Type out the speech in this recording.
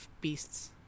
Beasts